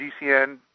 GCN